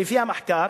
ולפי המחקר,